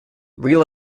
real